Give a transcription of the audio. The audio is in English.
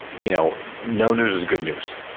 you know no news is good news.